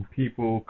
people